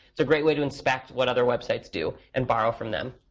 it's a great way to inspect what other websites do and borrow from them.